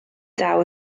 daw